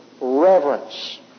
reverence